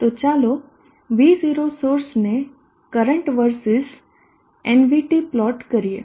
તો ચાલો V0 source નો કરંટ versus nvt પ્લોટ કરીએ